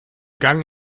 gang